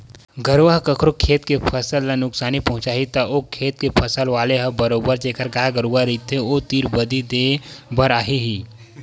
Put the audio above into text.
गरुवा ह कखरो खेत के फसल ल नुकसानी पहुँचाही त ओ खेत के फसल वाले ह बरोबर जेखर गाय गरुवा रहिथे ओ तीर बदी देय बर आही ही